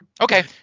Okay